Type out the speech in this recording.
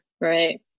Right